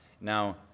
Now